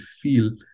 feel